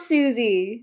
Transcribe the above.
Susie